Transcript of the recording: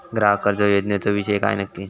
ग्राहक कर्ज योजनेचो विषय काय नक्की?